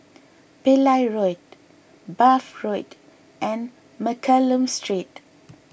Pillai Road Bath Road and Mccallum Street